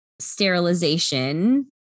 sterilization